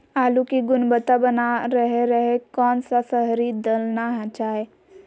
आलू की गुनबता बना रहे रहे कौन सा शहरी दलना चाये?